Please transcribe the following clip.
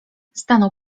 stanął